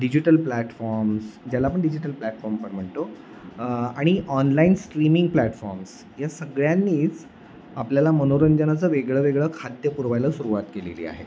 digital platforms ज्याला आपण digital platform पण म्हणतो आणि ऑनलाईन स्ट्रीमिंग प्लॅटफॉर्म्स या सगळ्यांनीच आपल्याला मनोरंजनाचं वेगळं वेगळं खाद्य पुरवायला सुरुवात केलेली आहे